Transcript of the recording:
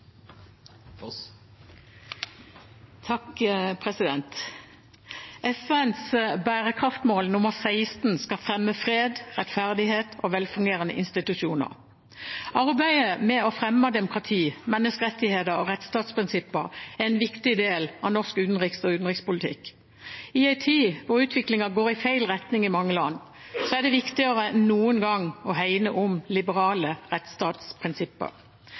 FNs bærekraftsmål nr. 16 skal fremme fred, rettferdighet og velfungerende institusjoner. Arbeidet med å fremme demokrati, menneskerettigheter og rettsstatsprinsipper er en viktig del av norsk utenriks- og utviklingspolitikk. I en tid hvor utviklingen går i feil retning i mange land, er det viktigere enn noen gang å hegne om liberale rettsstatsprinsipper.